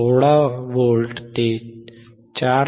16V ते 4